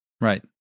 Right